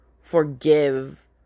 forgive